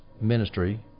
ministry